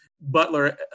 Butler